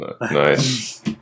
Nice